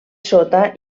sota